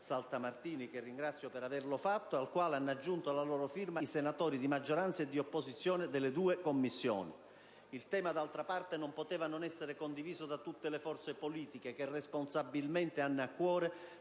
Saltamartini, che ringrazio per averlo presentato, al quale hanno aggiunto la loro firma i senatori di maggioranza e di opposizione delle due Commissioni. Il tema, d'altra parte, non poteva non essere condiviso da tutte le forze politiche che responsabilmente hanno a cuore